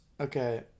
Okay